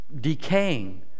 decaying